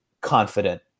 confident